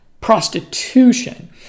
prostitution